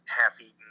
half-eaten